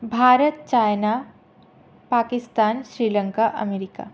Bharat China Pakistan Sri Lanka America